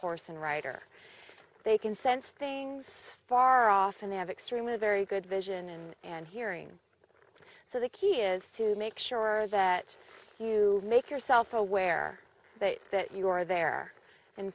horse and rider they can sense things far off and they have extremely very good vision and hearing so the key is to make sure that you make yourself aware that you are there in